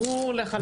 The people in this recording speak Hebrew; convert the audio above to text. ברור לחלוטין.